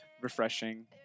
refreshing